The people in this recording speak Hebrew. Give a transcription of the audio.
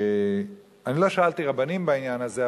אני לא שאלתי רבנים בעניין הזה,